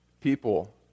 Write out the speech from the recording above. people